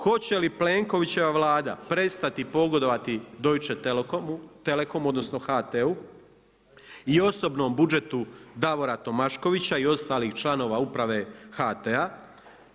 Hoće li Plenkovićeva Vlada prestati pogodovati Deutche telekomu odnosno HT-u i osobnom budžetu Davora Tomaškovića i ostalih članova Uprave HT-a.